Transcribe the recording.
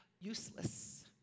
useless